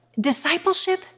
discipleship